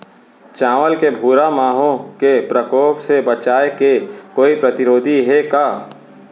चांवल के भूरा माहो के प्रकोप से बचाये के कोई प्रतिरोधी हे का?